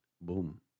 Boom